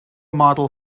model